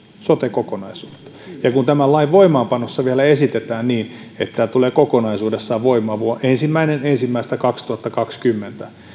sote kokonaisuutta ja kun tämän lain voimaanpanossa vielä esitetään niin että tämä tulee kokonaisuudessaan voimaan ensimmäinen ensimmäistä kaksituhattakaksikymmentä